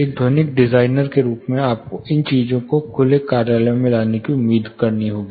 एक ध्वनिक डिजाइनर के रूप में आपको इन चीजों को खुले कार्यालयों में लाने की उम्मीद होगी